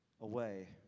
away